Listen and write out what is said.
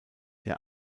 der